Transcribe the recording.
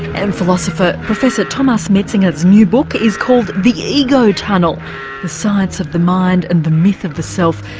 and philosopher professor thomas metzinger's new book is called the ego tunnel the science of the mind and the myth of the self,